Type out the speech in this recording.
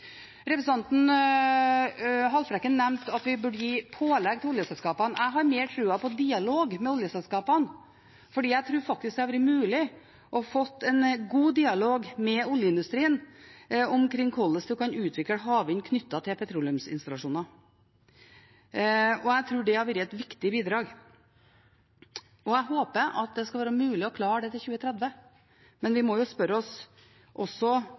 Representanten Haltbrekken nevnte at vi burde gi pålegg til oljeselskapene. Jeg har mer tro på dialog med oljeselskapene; jeg tror faktisk det ville vært mulig å få en god dialog med oljeindustrien om hvordan vi kan utvikle havvind knyttet til petroleumsinstallasjoner. Jeg tror det ville vært et viktig bidrag, og jeg håper det skal være mulig å klare det til 2030 – men vi må jo også spørre oss